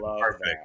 perfect